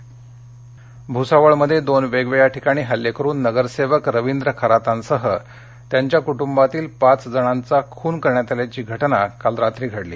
खन यावलकर भूसावळमध्ये दोन वेगवेगळ्या ठिकाणी हल्ले करून नगरसेवक रवींद्र खरातांसह त्यांच्या कुटुंबातील पाच जणांचा निर्घृण खुन करण्यात आल्याची घटना काल रात्री घडली